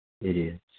idiots